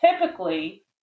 typically